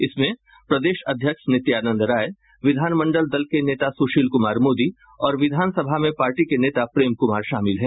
इसमें प्रदेश अध्यक्ष नित्यानंद राय विधानमंडल दल के नेता सुशील कुमार मोदी और विधानसभा में पार्टी के नेता प्रेम कुमार शामिल हैं